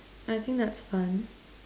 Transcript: I think that's fun